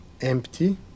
empty